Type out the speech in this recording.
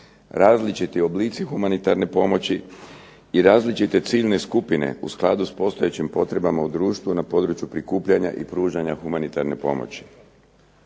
različiti oblici humanitarne pomoći, i različite ciljne skupine u skladu sa postojećim potrebama u društvu na području prikupljanja i pružanja humanitarne pomoći.